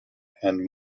and